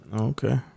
Okay